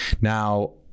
Now